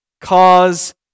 cause